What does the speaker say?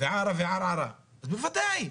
וערה וערערה, בוודאי.